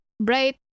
bright